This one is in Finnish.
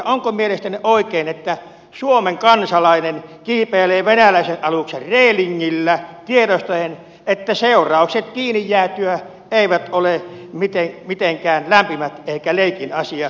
onko mielestänne oikein että suomen kansalainen kiipeilee venäläisen aluksen reelingillä tiedostaen että seuraukset kiinni jäätyä eivät ole mitenkään lämpimät eivätkä leikin asia